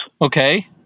Okay